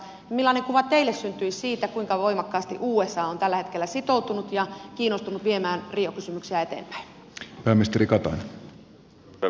millainen kuva teille syntyi siitä kuinka voimakkaasti usa on tällä hetkellä sitoutunut ja kiinnostunut viemään rio kysymyksiä eteenpäin